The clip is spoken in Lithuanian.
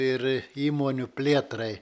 ir įmonių plėtrai